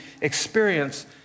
experience